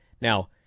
Now